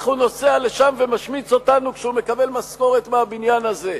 כך הוא נוסע לשם ומשמיץ אותנו כשהוא מקבל משכורת מהבניין הזה.